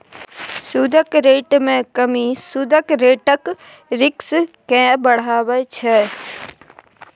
सुदक रेट मे कमी सुद रेटक रिस्क केँ बढ़ाबै छै